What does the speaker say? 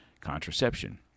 Contraception